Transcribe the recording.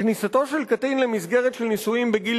כניסתו של קטין למסגרת של נישואים בגיל